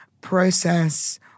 process